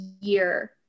year